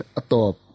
atop